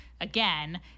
again